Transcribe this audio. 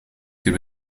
ter